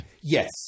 Yes